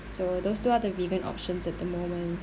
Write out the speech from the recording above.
so those two are the vegan options at the moment